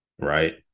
right